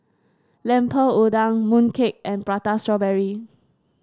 Lemper Udang mooncake and Prata Strawberry